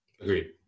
Agreed